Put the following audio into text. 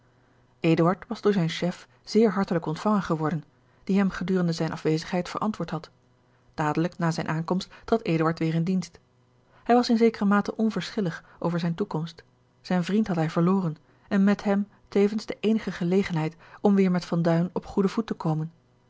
was door zijn chef zeer hartelijk ontvangen geworden die hem gedurende zijne afwezigheid verantwoord had dadelijk na zijne aankomst trad eduard weêr in dienst hij was in zekere mate onverschillig over zijne toekomst zijn vriend had hij verloren en met hem tevens de eenige gelegenheid om weêr met van duin op goeden voet te komen